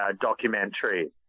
documentary